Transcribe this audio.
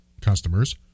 customers